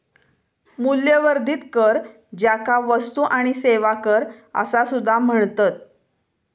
मूल्यवर्धित कर, ज्याका वस्तू आणि सेवा कर असा सुद्धा म्हणतत